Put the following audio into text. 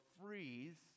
freeze